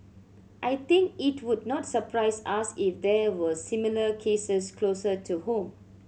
I think it would not surprise us if there were similar cases closer to home